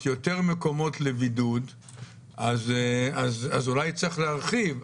ומקומות לבידוד אז אולי צריך להרחיב אותם,